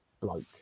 bloke